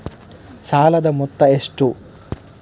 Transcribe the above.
ಸಾಲದ ಮೊತ್ತ ಎಷ್ಟು?